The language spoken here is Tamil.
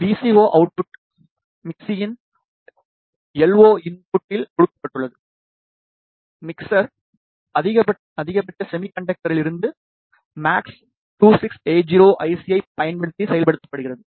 விசிஓ அவுட்புட் மிக்ஸ்யின் லோ இன்புட்டில் கொடுக்கப்பட்டுள்ளது மிக்ஸ்ர் அதிகபட்ச செமிகண்டக்டர்களிலிருந்து எம்எஎக்ஸ்2680 ஐசி ஐப் பயன்படுத்தி செயல்படுத்தப்படுகிறது